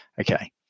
Okay